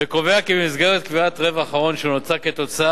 וקובע כי במסגרת קביעת רווח ההון שנוצר כתוצאה